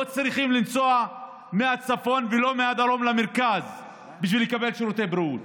לא צריכים לנסוע מהצפון ולא מהדרום למרכז בשביל לקבל שירותי בריאות.